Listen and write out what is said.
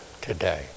today